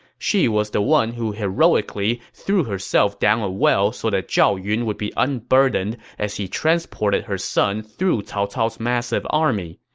she was the one who heroically threw herself down a well so that zhao yun would be unburdened as he transported her son through cao cao's massive army.